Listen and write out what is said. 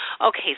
okay